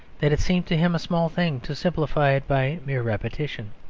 that it seemed to him a small thing to simplify it by mere repetition.